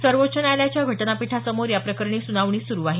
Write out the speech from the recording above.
सर्वोच्च न्यायालयाच्या घटनापीठासमोर याप्रकरणी सुनावणी सुरु आहे